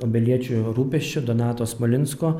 obeliečių rūpesčiu donato smalinsko